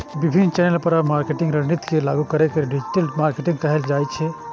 विभिन्न चैनल पर मार्केटिंग रणनीति के लागू करै के डिजिटल मार्केटिंग कहल जाइ छै